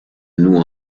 noue